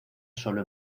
sólo